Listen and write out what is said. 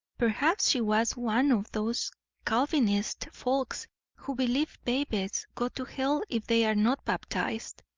perhaps she was one of those calvinist folks who believe babies go to hell if they are not baptised.